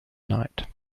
night